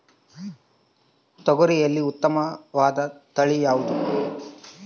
ತೊಗರಿಯಲ್ಲಿ ಉತ್ತಮವಾದ ತಳಿ ಯಾವುದು?